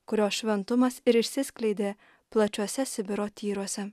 kurios šventumas ir išsiskleidė plačiuose sibiro tyruose